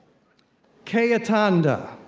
k. atanda,